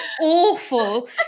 awful